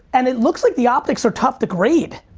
and it looks like the optics are tough to grade.